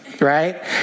right